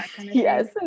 Yes